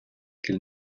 qu’il